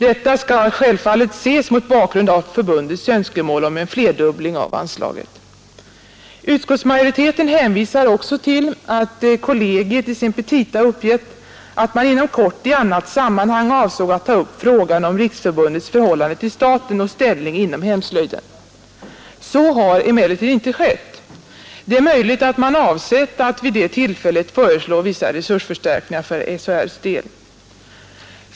Detta skall självfallet ses mot bakgrund av förbundets önskemål om en flerdubbling av anslaget. Utskottsmajoriteten hänvisar också till att kollegiet i sina petita uppgivit att man inom kort i annat sammanhang avsåg att ta upp frågan om Riksförbundets förhållande till staten och ställning inom hemslöjden. Så har emellertid inte skett. Det är möjligt att man avsett att vid det tillfället föreslå vissa resursförstärkningar för SHR:s del.